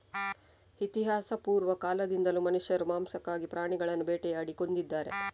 ಇತಿಹಾಸಪೂರ್ವ ಕಾಲದಿಂದಲೂ ಮನುಷ್ಯರು ಮಾಂಸಕ್ಕಾಗಿ ಪ್ರಾಣಿಗಳನ್ನು ಬೇಟೆಯಾಡಿ ಕೊಂದಿದ್ದಾರೆ